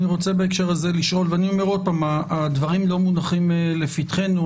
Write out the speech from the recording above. הדברים לא מונחים לפתחנו,